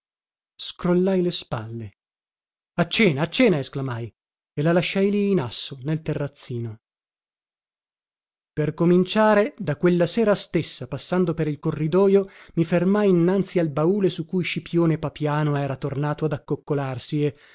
sa scrollai le spalle a cena a cena esclamai e la lasciai lì in asso nel terrazzino per cominciare da quella sera stessa passando per il corridojo mi fermai innanzi al baule su cui scipione papiano era tornato ad accoccolarsi